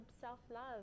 self-love